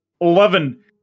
eleven